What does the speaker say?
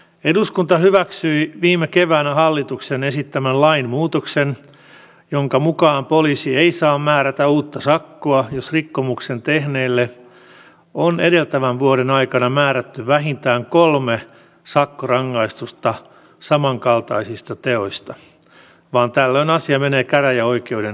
eduskunta hyväksyi viime keväänä hallituksen esittämän lainmuutoksen jonka mukaan poliisi ei saa määrätä uutta sakkoa jos rikkomuksen tehneelle on edeltävän vuoden aikana määrätty vähintään kolme sakkorangaistusta samankaltaisista teoista vaan tällöin asia menee käräjäoikeuden käsiteltäväksi